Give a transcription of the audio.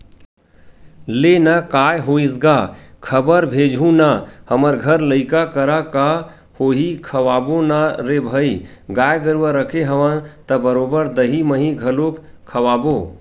लेना काय होइस गा खबर भेजहूँ ना हमर घर लइका करा का होही खवाबो ना रे भई गाय गरुवा रखे हवन त बरोबर दहीं मही घलोक खवाबो